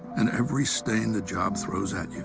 and every stain the job throws at